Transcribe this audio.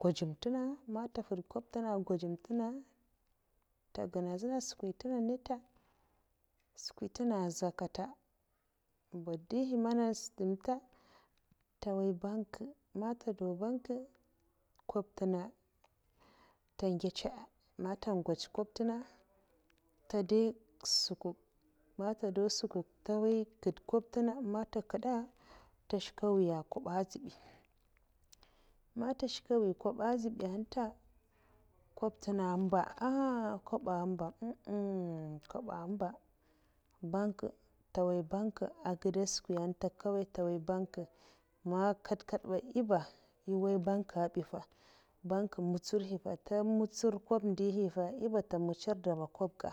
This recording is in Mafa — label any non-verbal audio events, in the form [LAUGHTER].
gwazem ntenga man nte nfwud kwoba ntenga a guzem ntenga, nta gana dzina skwi ntenga nita a'skwi ntenga n'nza kata [UNINTELLIGIBLE] nta nwoya bank man nta dow banka kwoba ntenga nte dei ngece'a man nte ngots kwoba ntenga nte dwo kwasuk' man nte dow kwasuk nte woya nkid ntenga, man nte ked'da nte shka nwiya a n'kwoba azbay. man nte shke nwiya kwoba azbay nta, kwoba ntenga amba ahn kwoba amba ah'n, ah n' kwoba amba bank nte n'waiya bank agide ehn skwiyan nta, nte nwaiya bank man kata bi nye ba eh waiya banka bi fa, banka mwutsurhi fa nte mwutsar kwoba ndihi fa nyeba nte mwutsar dama kwoba ga.